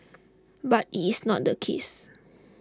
but it's not the case